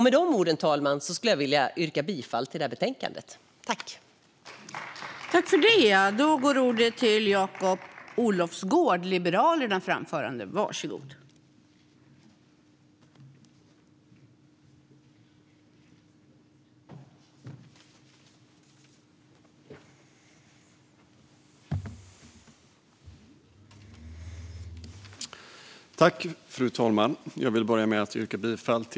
Med de orden, fru talman, skulle jag vilja yrka bifall till utskottets förslag i detta betänkande.